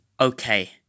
Okay